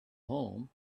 home